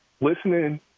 Listening